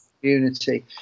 community